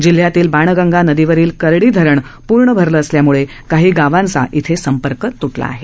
जिल्ह्यातील बाणगंगा नदीवरील करडी धरण पूर्ण भरलं असल्यामुळे काही गावांचा संपर्क तुटला आहे